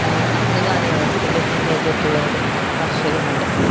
കന്ന് കാലി വളർത്തൽ ഇതിൻ്റെ അരികത്തുള്ളൊരു കർഷകനുണ്ട്